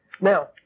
Now